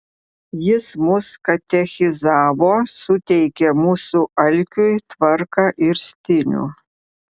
jis mus katechizavo suteikė mūsų alkiui tvarką ir stilių